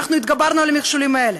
אנחנו התגברנו על המכשולים האלה.